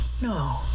No